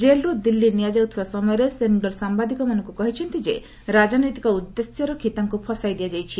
ଜେଲରୁ ଦିଲ୍ଲୀ ନିଆଯାଉଥିବା ସମୟରେ ସେନଗର ସାମ୍ବାଦିକମାନଙ୍କୁ କହିଛନ୍ତି ଯେ ରାଜନୈତିକ ଉଦ୍ଦେଶ୍ୟ ରଖି ତାଙ୍କୁ ଫସାଇ ଦିଆଯାଇଛି